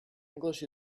english